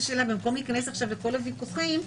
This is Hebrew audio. במקום להיכנס לכל הוויכוחים,